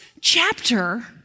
chapter